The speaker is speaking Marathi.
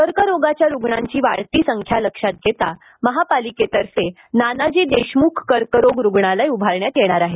कर्करोगाच्या रुग्णांची वाढती संख्या लक्षात घेता महापालिकेतर्फे नानाजी देशमुख कर्करोग रुग्णालय उभारण्यात येणार आहे